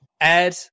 Ed